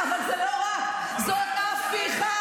אבל אין לזה ערך מודיעיני.